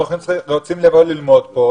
הבחורים רוצים לבוא ללמוד פה.